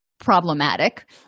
problematic